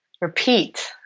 repeat